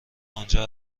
آنجا